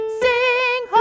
sing